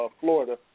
Florida